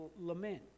lament